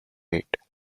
rate